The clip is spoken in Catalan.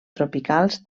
tropicals